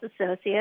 Associates